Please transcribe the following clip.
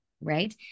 right